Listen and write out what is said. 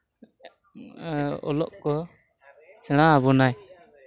ᱚᱞᱚᱜ ᱠᱚ ᱥᱮᱬᱟ ᱟᱵᱚᱱᱟᱭ